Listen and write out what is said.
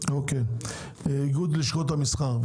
איגוד לשכות המסחר.